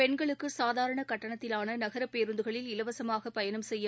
பெண்களுக்கு சாதாரண கட்டணத்திலான நகரப் பேருந்துகளில் இலவசமாக பயணம் செய்ய